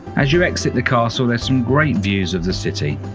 as you exit the castle there's some great views of the city.